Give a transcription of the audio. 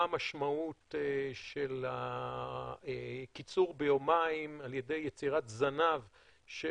מה המשמעות של הקיצור ביומיים על ידי יצירת זנב של